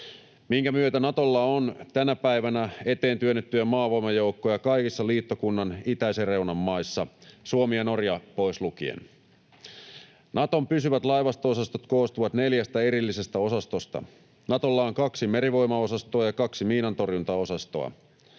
minkä myötä Natolla on tänä päivänä eteen työnnettyjä maavoimajoukkoja kaikissa liittokunnan itäisen reunan maissa Suomi ja Norja pois lukien. Naton pysyvät laivasto-osastot koostuvat neljästä erillisestä osastosta. Natolla on kaksi merivoimaosastoa ja kaksi miinantorjuntaosastoa.